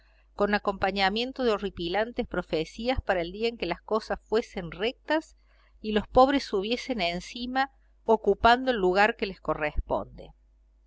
con acompañamiento de horripilantes profecías para el día en que las cosas fuesen rectas y los pobres subiesen encima ocupando el lugar que les corresponde